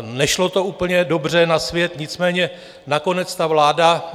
Nešlo to úplně dobře na svět, nicméně nakonec vláda